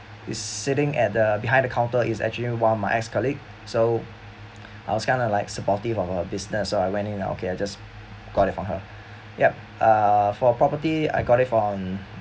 is sitting at the behind the counter is actually one of my ex colleague so I was kind of like supportive of her business so I went in okay I just got it from her yup uh for property I got from